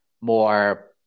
more